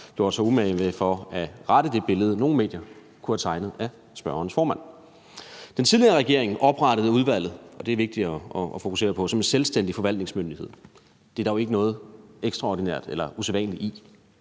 gjort sig umage med at rette det billede, nogle medier kunne have tegnet af spørgerens formand. Den tidligere regering oprettede udvalget – og det er vigtigt at fokusere på – som en selvstændig forvaltningsmyndighed. Det er der jo ikke noget ekstraordinært eller usædvanligt i.